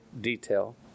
detail